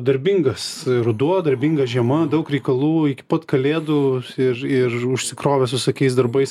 darbingas ruduo darbinga žiema daug reikalų iki pat kalėdų ir ir užsikrovęs visokiais darbais